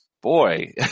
Boy